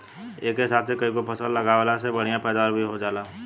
एक साथे कईगो फसल लगावला से बढ़िया पैदावार भी हो जाला